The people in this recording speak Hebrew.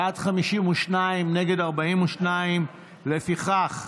בעד, 52, נגד 42. לפיכך,